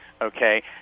Okay